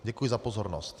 Děkuji za pozornost.